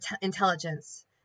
intelligence